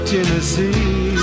Tennessee